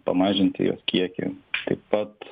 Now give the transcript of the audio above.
pamažinti jos kiekį taip pat